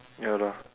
ya lah